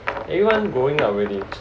everyone going ah really